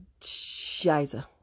shiza